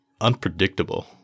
unpredictable